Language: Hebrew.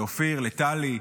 לאופיר לטלי.